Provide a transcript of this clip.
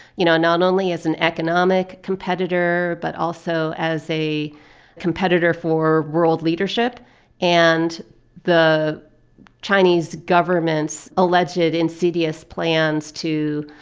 you know, not only as an economic competitor, but also as a competitor for world leadership and the chinese government's alleged insidious plans to,